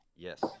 Yes